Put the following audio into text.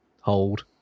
hold